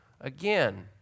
Again